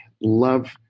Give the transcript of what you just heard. love